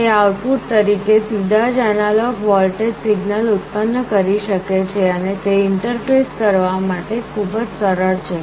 તે આઉટપુટ તરીકે સીધા જ એનાલોગ વોલ્ટેજ સિગ્નલ ઉત્પન્ન કરી શકે છે અને તે ઇન્ટરફેસ કરવા માટે ખૂબ જ સરળ છે